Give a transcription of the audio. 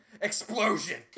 Explosion